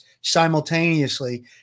simultaneously